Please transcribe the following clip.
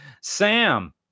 Sam